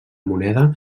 moneda